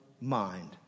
mind